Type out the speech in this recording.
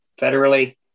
federally